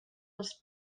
els